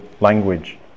language